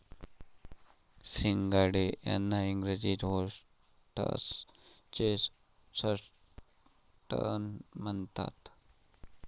सिंघाडे यांना इंग्रजीत व्होटर्स चेस्टनट म्हणतात